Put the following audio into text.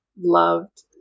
loved